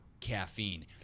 caffeine